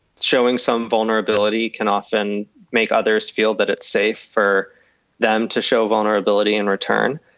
showing some vulnerability can often make others feel that it's safe for them to show vulnerability in return,